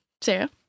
Sarah